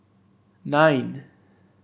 nine